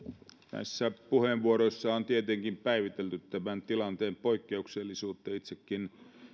näissä puheenvuoroissa on tietenkin päivitelty tämän tilanteen poikkeuksellisuutta itsekään